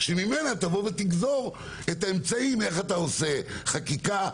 שממנה תבוא ותגזור את האמצעים איך אתה עושה חקיקה,